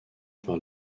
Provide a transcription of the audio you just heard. par